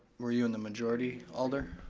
were you in the majority, alder?